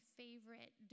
favorite